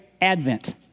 Advent